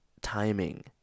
timing